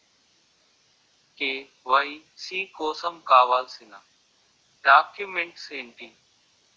KYC కోసం కావాల్సిన documents ఎంటి?